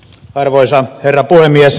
arvoisa herra puhemies